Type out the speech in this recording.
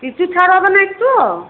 কিছু ছাড় হবে না একটুও